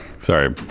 Sorry